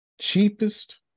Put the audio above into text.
cheapest